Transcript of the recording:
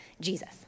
Jesus